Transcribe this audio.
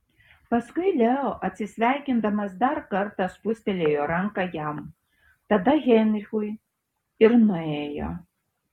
paskui leo atsisveikindamas dar kartą spustelėjo ranką jam tada heinrichui ir nuėjo